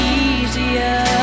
easier